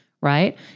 right